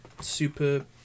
Super